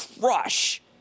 crush